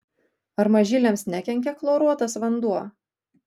ar mažyliams nekenkia chloruotas vanduo